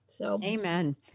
Amen